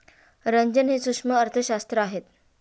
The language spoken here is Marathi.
रंजन हे सूक्ष्म अर्थशास्त्रज्ञ आहेत